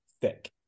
thick